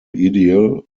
ideal